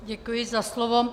Děkuji za slovo.